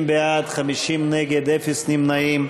60 בעד, 50 נגד, אפס נמנעים.